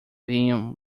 beam